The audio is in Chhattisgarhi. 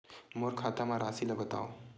मोर खाता म राशि ल बताओ?